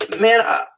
man